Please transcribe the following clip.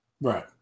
Right